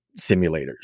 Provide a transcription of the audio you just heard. simulators